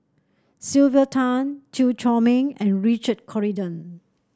Sylvia Tan Chew Chor Meng and Richard Corridon